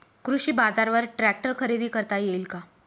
कृषी बाजारवर ट्रॅक्टर खरेदी करता येईल का?